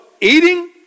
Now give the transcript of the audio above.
eating